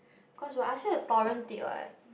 cause I asked you to torrent it [what]